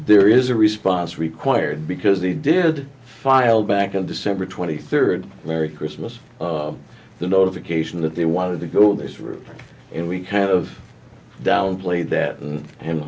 there is a response required because he did file back on december twenty third merry christmas the notification that they wanted to go this route and we kind of downplayed that